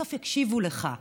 בסוף יקשיבו לך.